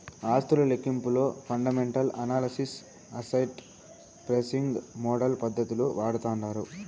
ఆస్తుల లెక్కింపులో fundamental analysis, asset pricing model పద్దతులు వాడతాండారు